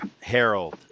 Harold